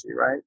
right